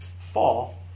fall